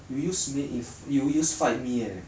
you use mean in you use fight me eh